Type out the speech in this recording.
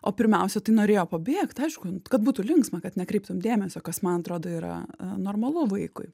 o pirmiausia tai norėjo pabėgt aišku kad būtų linksma kad nekreiptum dėmesio kas man atrodo yra normalu vaikui